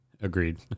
agreed